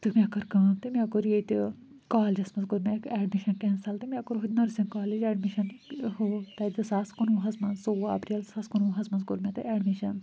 تہٕ مےٚ کٔر کٲم تہٕ مےٚ کوٚر ییٚتہِ کالجَس منٛز کوٚر مےٚ اٮ۪ڈمِشَن کٮ۪نسَل تہٕ مےٚ کوٚر ہُتہِ نٔرسِنٛگ کالیج اٮ۪ڈمِشَن ہُہ تَتہِ زٕ ساس کُنہٕ وُہَس منٛز ژوٚوُہ اپریل زٕ ساس کُنہٕ وُہَس منٛز کوٚر مےٚ تَتہِ اٮ۪ڈمِشَن